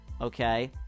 Okay